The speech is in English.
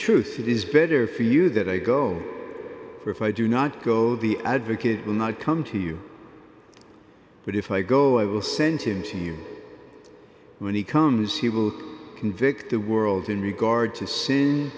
truth it is better for you that i go for if i do not go the advocate will not come to you but if i go i will send him to you when he comes he will convict the world in regard to sin